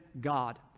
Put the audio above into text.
God